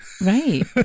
Right